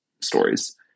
stories